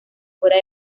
fuera